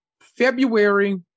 February